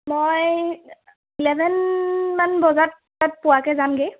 মই ইলেভেন মান বজাত তাত পোৱাকৈ যামগৈ